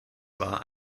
war